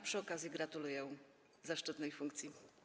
Przy okazji gratuluję zaszczytnej funkcji.